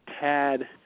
tad